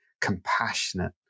compassionate